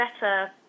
better